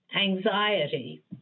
anxiety